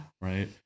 Right